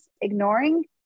ignoring